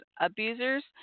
Abusers